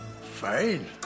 Fine